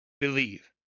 Believe